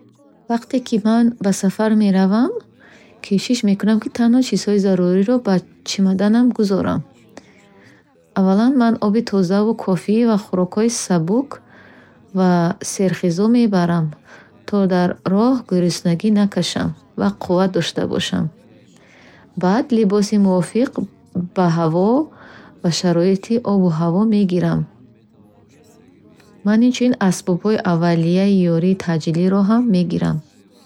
Вақте ки ман ба сафар меравам, кӯшиш мекунам, ки танҳо чизҳои заруриро ба ҷомадонам гузорам. Аввалан, ман оби тозаву кофӣ ва хӯрокҳои сабук ва серғизо мебарам, то дар роҳ гуруснагӣ накашам ва қувват дошта бошам. Баъд, либоси мувофиқ ба ҳаво ва шароити обу ҳаворо мегирам. Ман инчунин асбобҳои аввалия ерии таъҷилиро хам мегирам.